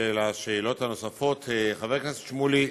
לשאלות הנוספות: חבר הכנסת שמולי,